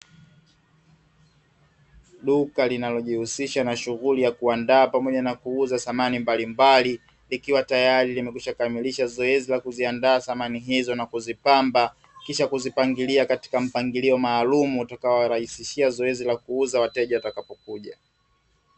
Duka linalojihusisha na shughuli ya kuandaa pamoja na kuuza samani mbalimbali, likiwa tayari limekwisha kamilisha zoezi la kuziandaa samani hizo na kuzipamba, kisha kuzipangilia katika mpangilio maalumu utakaowarahisishia zoezi la kuuza wateja watakapokuja.